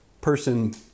person